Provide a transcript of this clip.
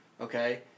okay